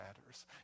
matters